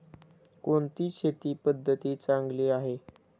कोणती शेती पद्धती चांगली आहे?